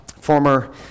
former